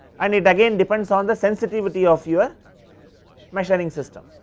and it again depends on the sensitivity of your measuring system,